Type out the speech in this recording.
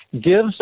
gives